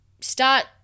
start